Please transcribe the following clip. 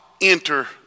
enter